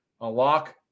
unlock